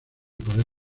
poder